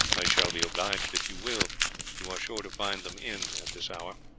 i shall be obliged if you will you are sure to find them in at this hour.